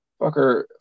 Fucker